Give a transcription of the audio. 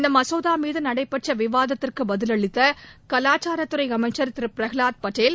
இந்த மசோதா மீது நடைபெற்ற விவாதத்திற்கு பதிலளித்த கலாச்சாரத்துறை அமைச்சர் திரு பிரகலாத் பட்டேல்